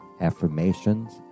affirmations